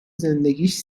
زندگیش